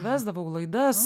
vesdavau laidas